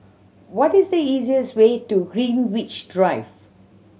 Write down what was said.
what is the easiest way to Greenwich Drive